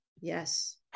yes